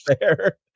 Fair